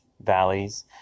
Valleys